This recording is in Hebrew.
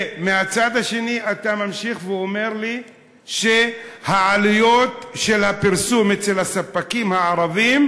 ומהצד השני אתה ממשיך ואומר לי שעלויות הפרסום אצל הספקים הערבים